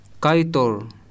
Kaitor